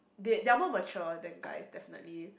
they they're more mature than guys definitely